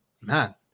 Man